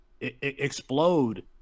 explode